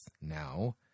now